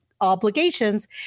obligations